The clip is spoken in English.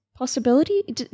Possibility